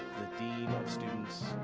the dean of students,